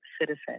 citizen